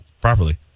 properly